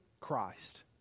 Christ